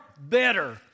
better